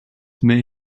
may